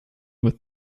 with